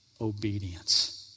obedience